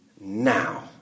now